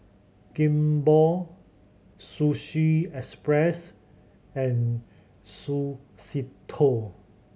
Kimball Sushi Express and Suavecito